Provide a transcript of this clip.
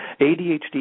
ADHD